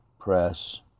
Press